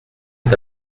est